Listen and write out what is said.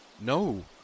No